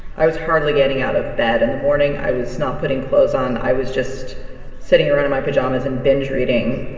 i was hardly getting out of bed in the morning. i was not putting clothes on. i was just sitting around in my pajamas and binge-reading